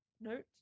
note